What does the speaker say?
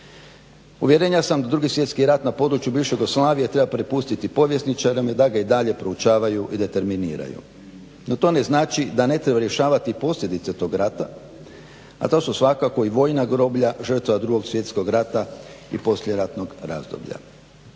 Uvjerenja sam da 2.svjetski rat na području bivše Jugoslavije treba prepustiti povjesničarima da ga i dalje proučavaju i da terminiraju. No to ne znači da ne treba rješavati posljedice toga rata, a to su svakako i vojna groblja žrtava 2.svjetskog rata i poslijeratnog razdoblja.